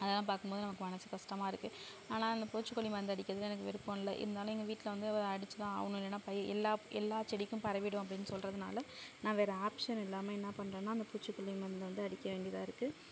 அதெலாம் பார்க்கும்போது நமக்கு மனசு கஷ்டமாக இருக்குது ஆனால் அந்த பூச்சிக்கொல்லி மருந்து அடிக்கிறதில் எனக்கு விருப்பம் இல்லை இருந்தாலும் எங்கள் வீட்டில் வந்து அதை அடிச்சுதான் ஆகணும் இல்லைனா ப எல்லா எல்லா செடிக்கும் பரவிடும் அப்படின்னு சொல்கிறதுனால நான் வேறு ஆப்ஷன் இல்லாமல் என்னா பண்ணுறேன்னா அந்த பூச்சிக்கொல்லி மருந்தை வந்து அடிக்க வேண்டியதாக இருக்குது